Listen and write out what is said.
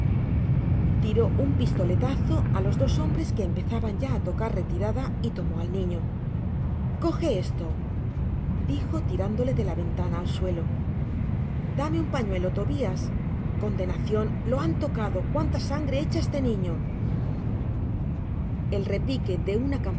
tiró un pistoletazo á los dos hombres que empezaban ya á tocar retirada y tomó al niño coje esto dijo tirándole de la ventana al suelo dame un pañuelo tobias condenacion lo han tocado cuanta sangre echa este niño el repique de una